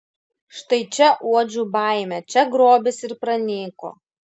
štai čia uodžiu baimę čia grobis ir pranyko